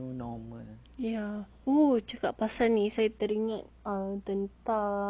ya oh cakap pasal ni saya teringat tentang